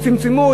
הן צמצמו,